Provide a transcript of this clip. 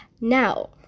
Now